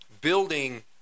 building